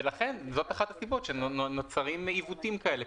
ולכן זאת אחת הסיבות שנוצרים עיוותים כאלה,